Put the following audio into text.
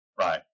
Right